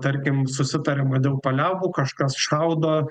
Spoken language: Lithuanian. tarkim susitariama dėl paliaubų kažkas šaudo